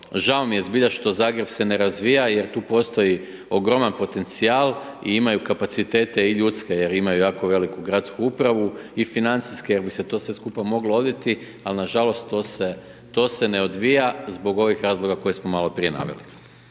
žao mi je zbilja što Zagreb se ne razvija jer tu postoji ogroman potencijal i imaju kapacitete i ljudske jer imaju jako veliku gradsku upravu i financijske, jel bi se sve to skupa moglo odviti, al na žalost to se, to se ne odvija zbog ovih razloga koje smo maloprije naveli.